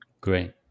Great